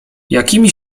jakimi